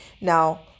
Now